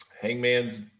Hangman's